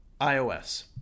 iOS